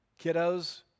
kiddos